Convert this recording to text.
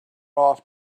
off